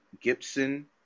Gibson